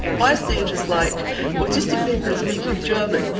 but see it as like autistic people are speaking german.